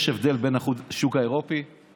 יש הבדל בין השוק האירופי,